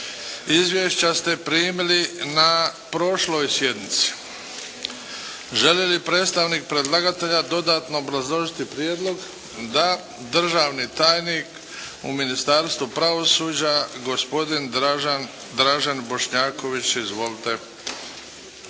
Izvješća ste primili na prošloj sjednici. Želi li predstavnik predlagatelja dodatno obrazložiti prijedlog? Da. Državni tajnik u Ministarstvu pravosuđa gospodin Dražen Bošnjaković. Izvolite.